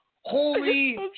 Holy